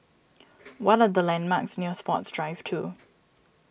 what are the landmarks near Sports Drive two